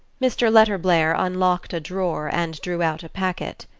mr. letterblair unlocked a drawer and drew out a packet.